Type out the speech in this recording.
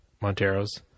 Monteros